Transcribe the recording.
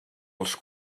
als